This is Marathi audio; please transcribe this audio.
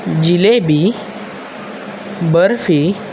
जिलेबी बर्फी